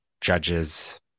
judges